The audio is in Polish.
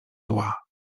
zła